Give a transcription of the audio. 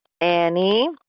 Annie